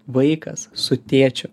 vaikas su tėčiu